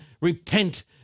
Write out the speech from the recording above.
repent